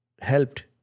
helped